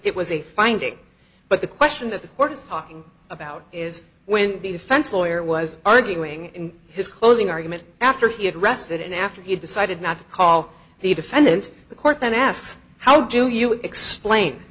it was a finding but the question that the court is talking about is when the defense lawyer was arguing his closing argument after he had rested after he decided not to call the defendant the court then asks how do you explain